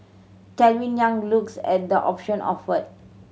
Calvin Yang looks at the option offered